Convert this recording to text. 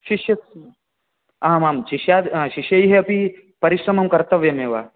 शिष्य आम् आम् शिष्याद् शिषैः अपि परिश्रमं कर्तव्यमेव